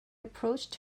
approached